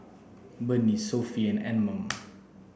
Burnie Sofy and Anmum